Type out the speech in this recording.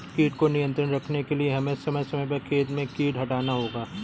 कीट को नियंत्रण रखने के लिए हमें समय समय पर खेत से कीट हटाना होगा